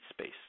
space